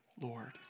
Lord